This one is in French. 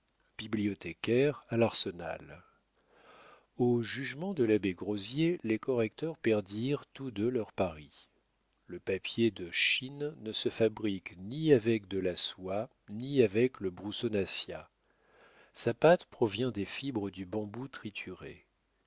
bibliothécaire à l'arsenal au jugement de l'abbé grozier les correcteurs perdirent tous deux leur pari le papier de chine ne se fabrique ni avec de la soie ni avec le broussonatia sa pâte provient des fibres du bambou triturées